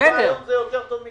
תשובה היום זה יותר טוב מכלום.